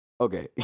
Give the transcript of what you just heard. Okay